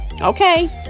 Okay